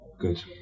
good